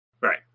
Right